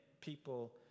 people